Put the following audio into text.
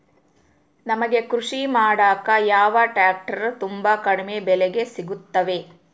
ನಮಗೆ ಕೃಷಿ ಮಾಡಾಕ ಯಾವ ಟ್ರ್ಯಾಕ್ಟರ್ ತುಂಬಾ ಕಡಿಮೆ ಬೆಲೆಗೆ ಸಿಗುತ್ತವೆ?